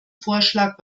vorschlag